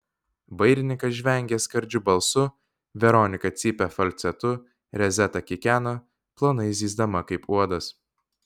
vairininkas žvengė skardžiu balsu veronika cypė falcetu rezeta kikeno plonai zyzdama kaip uodas